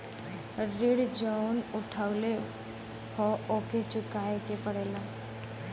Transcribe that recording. ऋण जउन उठउले हौ ओके चुकाए के पड़ेला